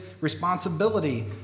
responsibility